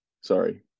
sorry